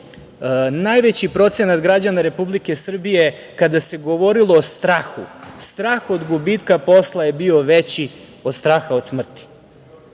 najveći procenat građana Republike Srbije, kada se govorio o strahu, strah od gubitka posla je bio veći od straha od smrti,